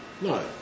No